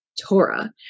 Torah